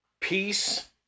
peace